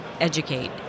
educate